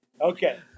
Okay